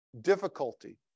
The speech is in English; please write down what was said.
Difficulty